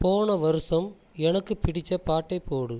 போன வருஷம் எனக்குப் பிடித்த பாட்டைப் போடு